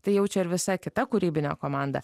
tai jaučia ir visa kita kūrybinė komanda